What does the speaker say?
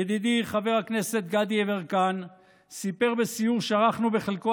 ידידי חבר הכנסת גדי יברקן סיפר בסיור שערכנו בחלקו